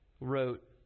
wrote